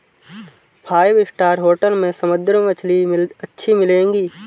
five star hotel में समुद्री मछली अच्छी मिलेंगी